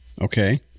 okay